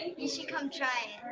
you should come try